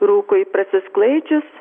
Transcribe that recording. rūkui prasisklaidžius